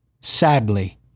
sadly